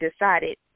decided